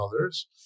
others